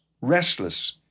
restless